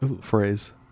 phrase